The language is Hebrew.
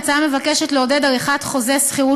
ההצעה מבקשת לעודד עריכת חוזה שכירות